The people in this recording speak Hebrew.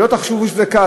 שלא תחשבו שזה קל.